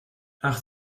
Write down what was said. ach